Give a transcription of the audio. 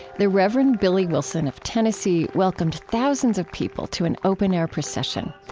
the reverend billy wilson of tennessee welcomed thousands of people to an open-air procession.